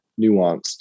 nuanced